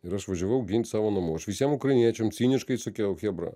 ir aš važiavau gint savo namų aš visiem ukrainiečiam ciniškai sakiau chebra